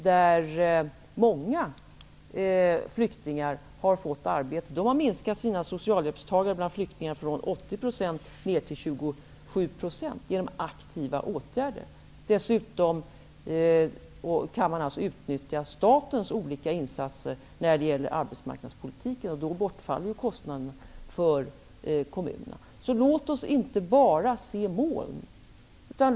Där har många flyktingar fått arbete. Man har minskat sina socialhjälpstagare bland flyktingar från 80 % till 27 % genom aktiva åtgärder. Dessutom kan man utnyttja statens olika insatser genom arbetsmarknadspolitiken. Då bortfaller ju kostnaderna för kommunerna. Låt oss inte bara se moln.